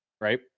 Right